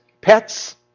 pets